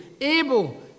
able